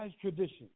tradition